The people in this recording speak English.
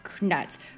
nuts